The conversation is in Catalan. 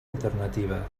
alternativa